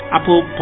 Apple